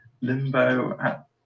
Limbo